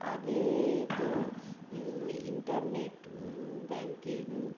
আগেএ তো internet banking